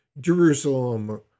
Jerusalem